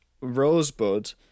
Rosebud